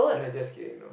not just kidding now